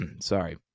Sorry